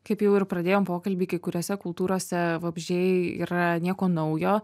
kaip jau ir pradėjom pokalbį kai kuriose kultūrose vabzdžiai yra nieko naujo